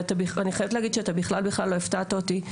ואני חייבת להגיד שאתה בכלל בכלל לא הפתעת אותי,